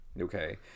Okay